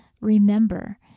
remember